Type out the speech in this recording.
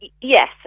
Yes